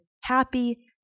happy